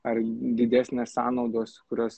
ar didesnės sąnaudos kurios